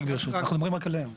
אנחנו מדברים רק עליהם.